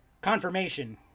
Confirmation